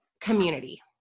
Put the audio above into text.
community